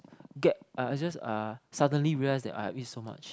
get uh just uh suddenly realise that I have eat so much